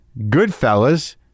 Goodfellas